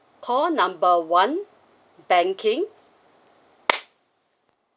call number one banking